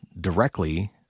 directly